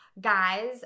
guys